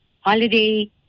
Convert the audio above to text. holiday